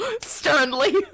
sternly